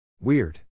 Weird